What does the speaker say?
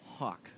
hawk